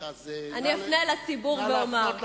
נא להפנות לציבור.